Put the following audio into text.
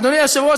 אדוני היושב-ראש,